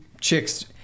Chicks